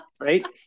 Right